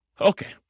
Okay